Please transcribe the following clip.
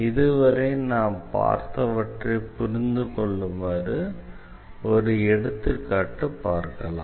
இதுவரை நாம் பார்த்தவற்றை புரிந்து கொள்ளுமாறு ஒரு எடுத்துக்காட்டை பார்க்கலாம்